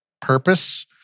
purpose